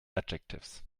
adjectives